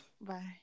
Bye